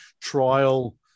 trial